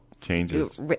Changes